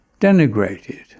denigrated